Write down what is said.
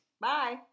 bye